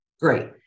Great